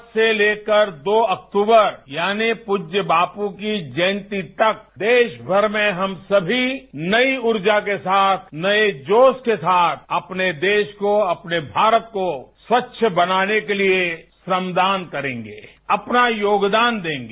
आज से लेकर दो अक्टूबर यानी पूज्य बापू की जया ती तक देशभर में हम सभी नई ऊर्जा के साथए नए जोश के साथ अपने देश कोए अपने भारत को सवच्छ बनाने के लिए श्रमदान करेंगेए अपना योगदान दें गे